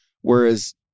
whereas